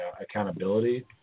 accountability